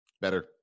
better